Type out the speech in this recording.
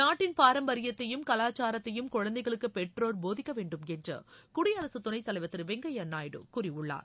நாட்டின் பாரம்பரியத்தையும் கலாச்சாரத்தையும் குழந்தைகளுக்கு பெற்றோர் போதிக்க வேண்டும்என்று குடியரசு துணைத் தலைவர் திரு வெங்கய்யா நாயுடு கூறியுள்ளார்